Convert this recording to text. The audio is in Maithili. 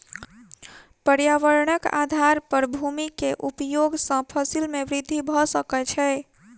पर्यावरणक आधार पर भूमि के उपयोग सॅ फसिल में वृद्धि भ सकै छै